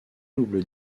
doubles